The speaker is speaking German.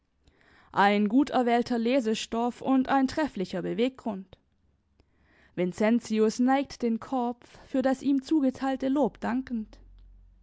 ein gut erwählter lesestoff und ein trefflicher beweggrund vincentius neigt den kopf für das ihm zugeteilte lob dankend